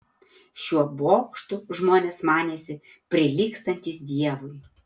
šiuo bokštu žmonės manėsi prilygstantys dievui